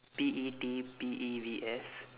P E T P E E V E S